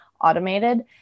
automated